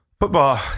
football